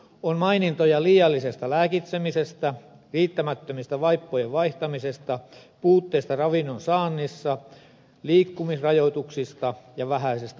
on mainintoja liiallisesta lääkitsemisestä riittämättömästä vaippojen vaihtamisesta puutteesta ravinnon saannissa liikkumisrajoituksista ja vähäisestä ulkoilusta